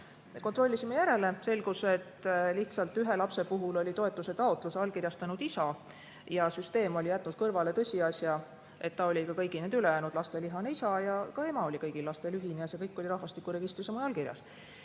Kontrollisime. Selgus, et ühe lapse puhul oli toetuse taotluse allkirjastanud isa. Süsteem oli jätnud kõrvale tõsiasja, et ta on ka kõigi nende ülejäänud laste lihane isa ja ka ema on kõigil lastel ühine ja see kõik on rahvastikuregistris kirjas.